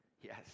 Yes